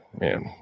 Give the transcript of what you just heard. Man